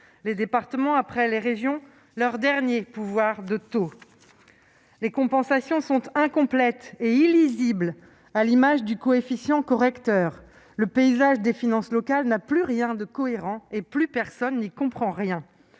Les départements, après les régions, doivent renoncer à leur dernier pouvoir de taux. Les compensations sont incomplètes et illisibles- ainsi du coefficient correcteur. Le paysage des finances locales n'a plus rien de cohérent et plus personne n'y comprend rien